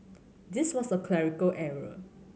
this was a clerical error